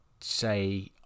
say